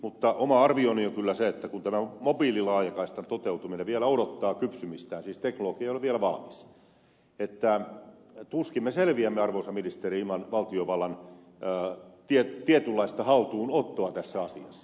mutta oma arvioni on kyllä se kun tämä mobiililaajakaistan toteutuminen vielä odottaa kypsymistään siis teknologia ei ole vielä valmis että tuskin me selviämme arvoisa ministeri ilman valtiovallan tietynlaista haltuunottoa tässä asiassa